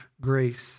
grace